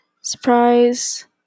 Surprise